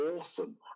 awesome